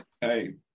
Hey